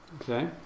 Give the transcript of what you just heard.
Okay